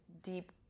deep